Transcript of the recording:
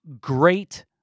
great